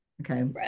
okay